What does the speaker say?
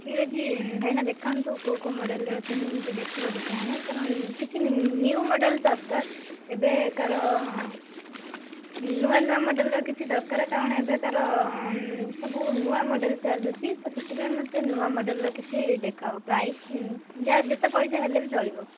ଠିକ ଅଛି ଭାଇନା ଦେଖାନ୍ତୁ କେଉଁ କେଉଁ ମଡେଲର ଅଛନ୍ତି ମୁଁ ଟିକେ ଦେଖିବାକୁ ଚାହେଁ କାରଣ କିଛି ନିୟୁ ମଡେଲ ଦରକାର ଏବେକାର ନୂଆ ନୂଆ ମଡେଲର କିଛି ଦରକାର କାରଣ ଏବେକାର ସବୁ ନୂଆ ମଡେଲ ଚାଲୁଛି ତ ସେଥିପାଇଁ ମୋତେ କିଛି ନୂଆ ମଡେଲର କିଛି ଦେଖାଅ ପ୍ରାଇସ ଯାହା ଯେତେ ପଇସା ହେଲେ ବି ଚଳିବ